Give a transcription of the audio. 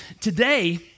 Today